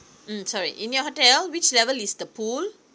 mm sorry in your hotel which level is the pool